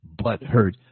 butthurt